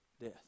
death